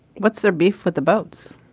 what's their beef with the boats.